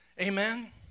Amen